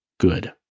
good